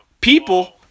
People